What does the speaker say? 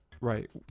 right